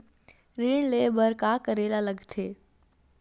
ऋण ले बर का करे ला लगथे?